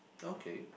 okay